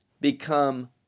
become